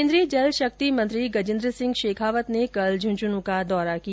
केंद्रीय जल शक्ति मंत्री गजेंद्रसिंह शेखावत ने कल झुंझुनूं का दौरा किया